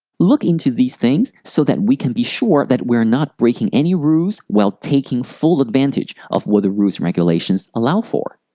look into these things, so that we can be sure that we are not breaking any rules while taking full advantage of what the rules and regulations allow for.